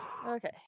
Okay